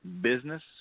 business